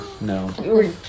No